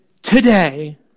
Today